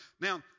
Now